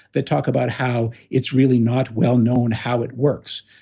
that talk about how it's really not well known how it works,